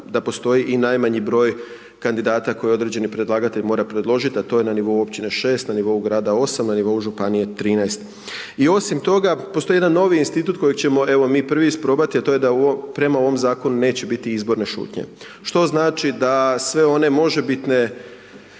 da postoji najmanji broj kandidata koji određeni predlagatelj mora predložiti, a to je na nivou općine 6 na nivou grada 8 na nivou županije 13. I osim toga, postoji jedan novi institut koji ćemo evo mi prvi isprobati, a to je da prema ovom zakonu neće biti izborne šutnje. Što znači da sve one možebitni